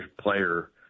player